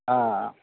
हँ